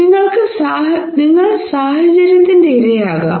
നിങ്ങൾക്ക് സാഹചര്യത്തിന്റെ ഇരയാകാം